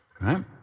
right